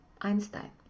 Einstein